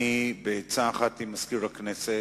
אני, בעצה אחת עם מזכיר הכנסת,